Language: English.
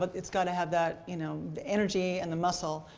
but it's got to have that, you know, the energy and the muscle,